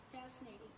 fascinating